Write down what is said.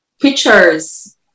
pictures